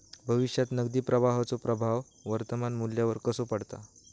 भविष्यात नगदी प्रवाहाचो प्रभाव वर्तमान मुल्यावर कसो पडता?